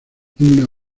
una